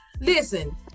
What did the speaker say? Listen